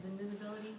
invisibility